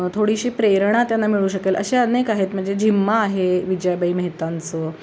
थोडीशी प्रेरणा त्यांना मिळू शकेल असे अनेक आहेत म्हणजे झिम्मा आहे विजयाबाई मेहतांचं